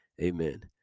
amen